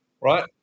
right